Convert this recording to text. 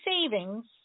savings